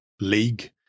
League